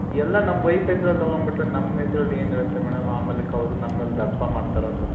ಎಲ್ಲ ನಮ್ಮ ವೈಫ್ ಹೆಸ್ರಲ್ಲಿ ತೊಗೊಂಡ್ಬಿಟ್ರೆ ನಮ್ಮ ಹೆಸ್ರಲ್ಲಿ ಏನಿರತ್ತೆ ಮೇಡಮ್ ಆಮೇಲಕ್ಕೆ ಅವರು ನಮ್ಮೇಲೆ ದರ್ಪ ಮಾಡ್ತಾರಲ್ವ